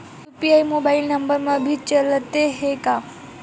UPI mobile number मा भी चलते हे का?